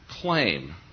claim